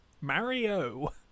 Mario